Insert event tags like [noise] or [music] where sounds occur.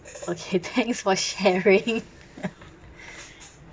okay thanks for sharing [laughs]